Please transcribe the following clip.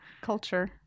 culture